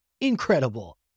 incredible